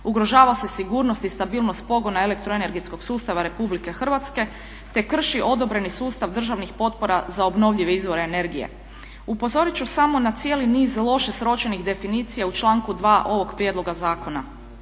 ugrožava se sigurnost i stabilnost pogona elektroenergetskog sustava RH te krši odobreni sustav državnih potpora za obnovljive izvore energije. Upozorit ću samo na cijeli niz loše sročenih definicija u članku 2. ovog prijedloga zakona.